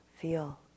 feel